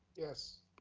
yes.